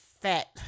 fat